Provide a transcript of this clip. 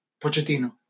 Pochettino